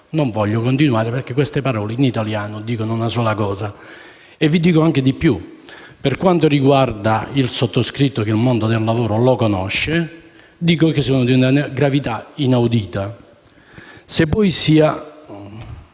Non voglio continuare perché queste parole in italiano dicono una sola cosa. E vi dico di più: per quanto riguarda il sottoscritto, che il mondo del lavoro lo conosce, queste parole sono di una gravità inaudita. Se poi si